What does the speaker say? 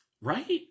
Right